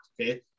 Okay